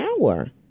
hour